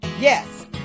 Yes